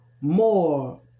more